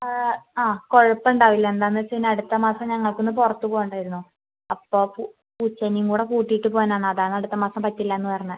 ആ കുഴപ്പമുണ്ടാവില്ല എന്താന്ന് വെച്ച് കഴിഞ്ഞാൽ അടുത്ത മാസം ഞങ്ങൾക്കൊന്ന് പുറത്ത് പോണ്ടായിരുന്നു അപ്പോൾ പൂച്ചേനെയും കൂടെ കൂട്ടീട്ട് പോവാനാണ് അതാണ് അടുത്ത മാസം പറ്റില്ലാന്ന് പറഞ്ഞത്